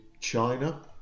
China